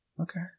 Okay